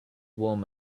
warm